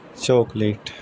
chocolate